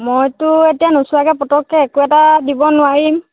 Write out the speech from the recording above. মইতো এতিয়া নোচোৱাকৈ পটককৈ একো এটা দিব নোৱাৰিম